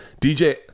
dj